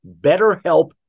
BetterHelp